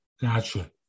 Gotcha